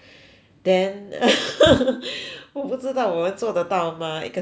then 我不知道我做得到吗一个钟头